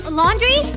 laundry